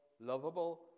lovable